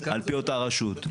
על פי אותה רשות,